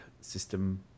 system